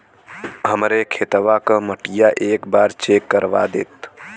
हमरे खेतवा क मटीया एक बार चेक करवा देत?